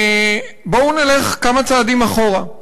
ובואו נלך כמה צעדים אחורה.